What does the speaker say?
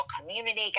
community